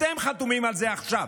אתם חתומים על זה עכשיו.